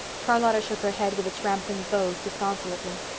charlotta shook her head, with its rampant bows, disconsolately.